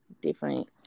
different